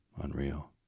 unreal